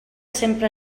sempre